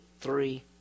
three